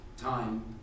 time